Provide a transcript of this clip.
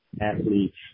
athletes